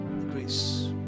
grace